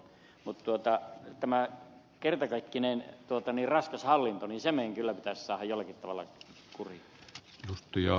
mutta tämä kertakaikkinen raskas hallinto meidän kyllä pitäisi saada jollakin tavalla kuriin